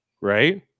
right